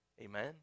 Amen